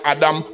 Adam